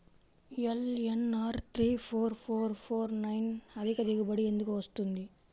LNR three four four four nine అధిక దిగుబడి ఎందుకు వస్తుంది?